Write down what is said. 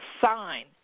sign